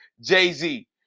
Jay-Z